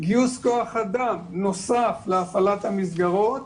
גיוס כוח אדם נוסף להפעלת המסגרות